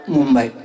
Mumbai